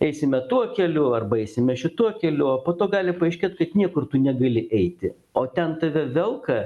eisime tuo keliu arba eisime šituo keliu o po to gali paaiškėt kad niekur tu negali eiti o ten tave velka